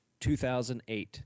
2008